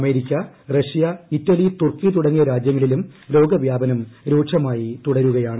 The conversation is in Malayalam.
അമേരിക്ക റഷ്യ ഇറ്റലി തുർക്കി തുടങ്ങിയ രാജൃങ്ങളിലും രോഗവ്യാപനം രൂക്ഷമായി തുടരുകയാണ്